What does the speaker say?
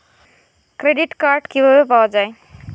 Credit card কিভাবে পাওয়া য়ায়?